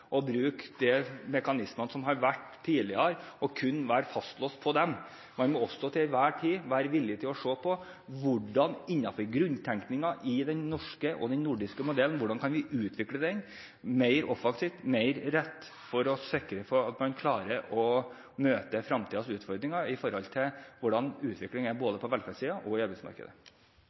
bruke de mekanismene som har vært tidligere, og kun være fastlåst til dem. Man må til enhver tid også være villig til å se på – innenfor grunntenkningen i den norske og den nordiske modellen – hvordan vi kan utvikle den mer offensivt, mer rett, for å sørge for at man klarer å møte fremtidens utfordringer ved utviklingen, både på velferdssiden og i arbeidsmarkedet.